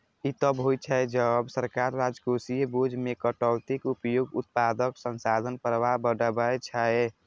ई तब होइ छै, जब सरकार राजकोषीय बोझ मे कटौतीक उपयोग उत्पादक संसाधन प्रवाह बढ़बै छै